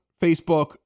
Facebook